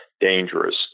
dangerous